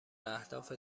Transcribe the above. اهداف